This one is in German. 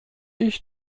ich